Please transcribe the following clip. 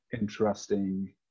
interesting